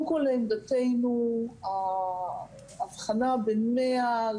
קודם כל ההבחנה בין יותר מ-100,